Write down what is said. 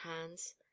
hands